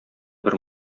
бер